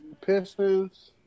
Pistons